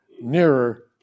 nearer